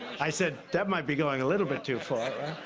i said that might be going a little bit too far.